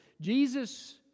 Jesus